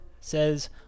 says